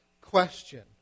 question